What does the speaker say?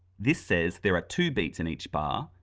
this says there are two beats in each bar,